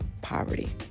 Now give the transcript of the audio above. poverty